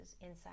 inside